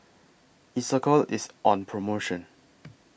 Isocal IS on promotion